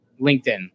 LinkedIn